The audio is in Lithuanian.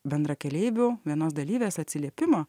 bendrakeleivių vienos dalyvės atsiliepimo